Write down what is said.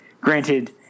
Granted